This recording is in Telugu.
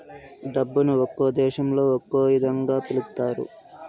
డబ్బును ఒక్కో దేశంలో ఒక్కో ఇదంగా పిలుత్తారు